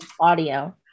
audio